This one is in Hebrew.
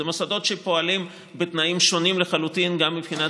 אלה מוסדות שפועלים בתנאים שונים לחלוטין גם מבחינת